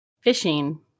fishing